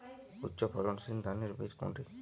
উচ্চ ফলনশীল ধানের বীজ কোনটি?